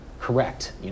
correct